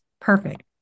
perfect